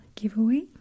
giveaway